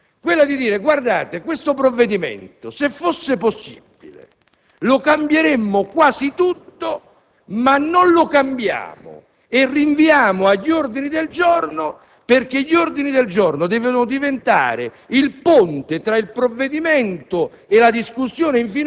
attraverso il dibattito, il confronto, il Parlamento ha la possibilità di cambiare, di votare e quando la maggioranza o la minoranza hanno la possibilità di individuare punti di convergenza comuni su un provvedimento.